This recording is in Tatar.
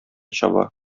чаба